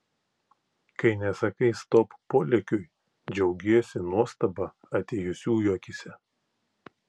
kai nesakai stop polėkiui džiaugiesi nuostaba atėjusiųjų akyse